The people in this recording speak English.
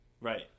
Right